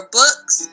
books